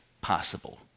possible